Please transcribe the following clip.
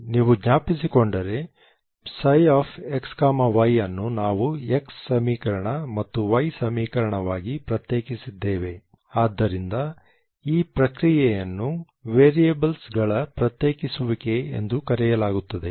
ನೀವು ಜ್ಞಾಪಿಸಿಕೊಂಡರೆ ψxy ಅನ್ನು ನಾವು x ಸಮೀಕರಣ ಮತ್ತು y ಸಮೀಕರಣವಾಗಿ ಪ್ರತ್ಯೇಕಿಸಿದ್ದೇವೆ ಆದ್ದರಿಂದ ಆ ಪ್ರಕ್ರಿಯೆಯನ್ನು ವೇರಿಯಬಲ್ಸ್ಗಳ ಪ್ರತ್ಯೇಕಿಸುವಿಕೆ ಎಂದು ಕರೆಯಲಾಗುತ್ತದೆ